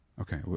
Okay